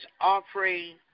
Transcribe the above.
offering